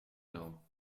know